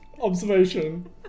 observation